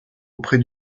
auprès